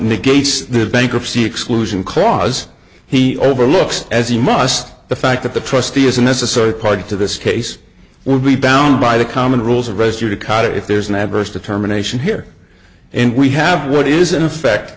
negates the bankruptcy exclusion clause he overlooks as he must the fact that the trustee is a necessary part to this case will be bound by the common rules of rescue to cut if there's an adverse determination here and we have what is in effect